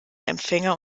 empfänger